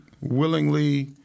willingly